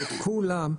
שכולם,